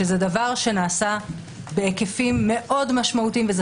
שזה דבר שנעשה בהיקפים מאוד משמעותיים וזה